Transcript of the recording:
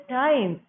time